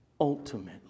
ultimately